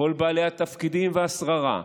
כל בעלי התפקידים והשררה,